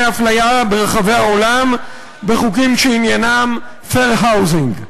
אפליה ברחבי העולם בחוקים שעניינם fair housing.